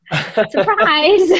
Surprise